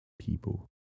people